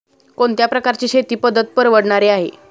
कोणत्या प्रकारची शेती पद्धत परवडणारी आहे?